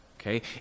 Okay